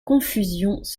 confusions